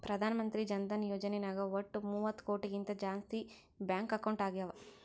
ಪ್ರಧಾನ್ ಮಂತ್ರಿ ಜನ ಧನ ಯೋಜನೆ ನಾಗ್ ವಟ್ ಮೂವತ್ತ ಕೋಟಿಗಿಂತ ಜಾಸ್ತಿ ಬ್ಯಾಂಕ್ ಅಕೌಂಟ್ ಆಗ್ಯಾವ